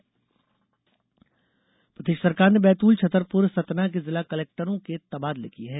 तबादले प्रदेश सरकार ने बैतूल छतरपुर सतना के जिला कलेक्टरों के तबादले किये हैं